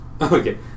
Okay